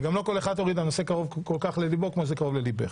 וגם לא כל אחד הנושא קרוב לליבו כפי שקרוב לליבך.